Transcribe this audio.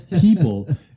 people